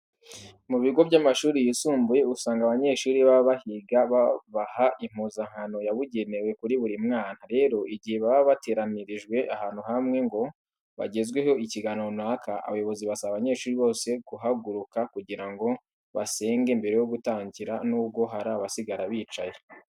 Mu bigo by'amashuri yisumbuye usanga abanyeshuri baba bahiga babaha impuzankano yabugenewe kuri buri mwana. Rero, igihe baba bateranyirijwe ahantu hamwe ngo bagezweho ikiganiro runaka, abayobozi basaba abanyeshuri bose guhaguruka kugira ngo basenge mbere yo gutangira nubwo hari abasigara bicaye.